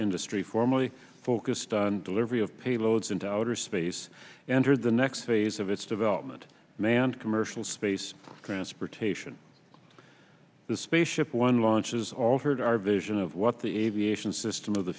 industry formally focused on delivery of payloads into outer space and for the next phase of its development manned commercial space transportation the space ship one launches altered our vision of what the aviation system of the